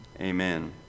Amen